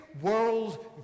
world